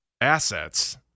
assets